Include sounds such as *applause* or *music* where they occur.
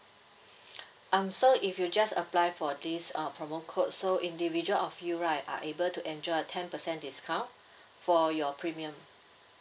um so if you just apply for this uh promo code so individual of you right are able to enjoy a ten percent discount *breath* for your premium